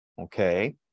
Okay